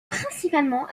principalement